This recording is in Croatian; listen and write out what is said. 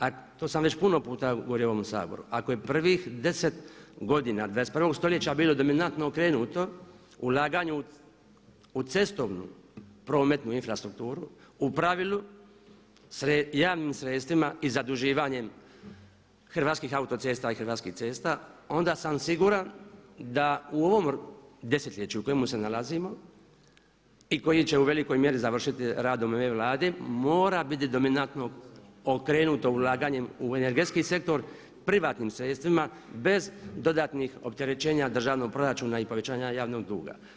A to sam već puno puta govorio u ovome Saboru, ako je prvih 10 godina 21. stoljeća bilo dominantno okrenuto ulaganju u cestovnu prometnu infrastrukturu u pravilu se javnim sredstvima i zaduživanjem Hrvatskih autocesta i Hrvatskih cesta onda sam sigurno da u ovom desetljeću u kojemu se nalazimo i koji će u velikoj mjeri završiti radom ove Vlade, mora biti dominantno okrenuto ulaganjem u energetski sektor privatnim sredstvima bez dodatnih opterećenja državnog proračuna i povećanja javnog duga.